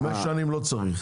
חמש שנים לא צריך.